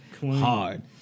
Hard